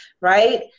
right